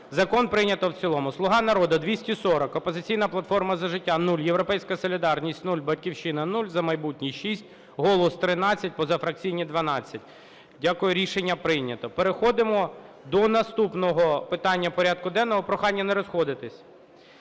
Закон прийнято в цілому. "Слуга народу" – 240, "Опозиційна платформа – За життя" – 0, "Європейська солідарність" – 0, "Батьківщина" – 0, "За майбутнє" – 6, "Голос" – 13, позафракційні – 12. Дякую. Рішення прийнято. Переходимо до наступного питання порядку денного. Прохання не розходитись.